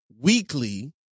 weekly